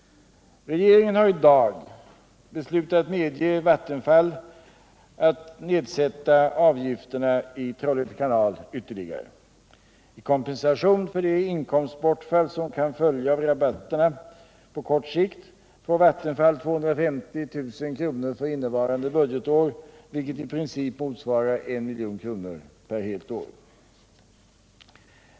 Regeringen har i dag medgett Vattenfall att sätta ned avgifterna ytterligare i Trollhätte kanal. I kompensation för det inkomstbortfall som kan följa av rabatteringen på kort sikt får Vattenfall 250 000 kr. för innevarande budgetår, vilket i princip motsvarar 1 milj.kr. per år.